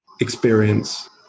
experience